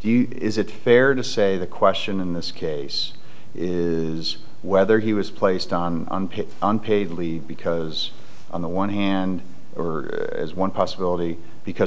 do you is it fair to say the question in this case is whether he was placed on unpaid leave because on the one hand or as one possibility because